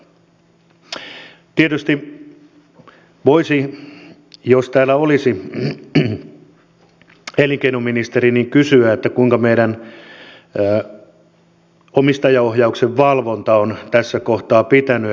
tietysti voisi kysyä jos elinkeinoministeri täällä olisi kuinka meidän omistajaohjauksen valvonta on tässä kohtaa pitänyt